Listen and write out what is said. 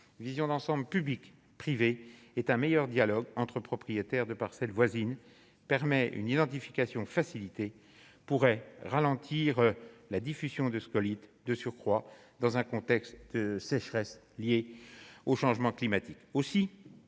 vision d'ensemble public-privé est un meilleur dialogue entre propriétaires de parcelles voisines permet une identification facilité pourrait ralentir la diffusion de scolytes, de surcroît dans un contexte de sécheresse liée au changement climatique